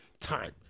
time